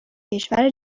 کشور